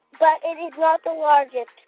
but it is not the largest.